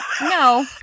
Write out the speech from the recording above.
No